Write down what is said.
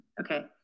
Okay